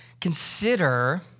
Consider